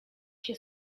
się